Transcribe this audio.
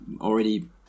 already